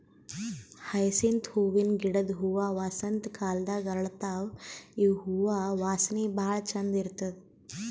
hyacinth ಹೂವಿನ ಗಿಡದ್ ಹೂವಾ ವಸಂತ್ ಕಾಲದಾಗ್ ಅರಳತಾವ್ ಇವ್ ಹೂವಾ ವಾಸನಿ ಭಾಳ್ ಛಂದ್ ಇರ್ತದ್